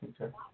Okay